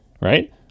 Right